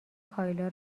کایلا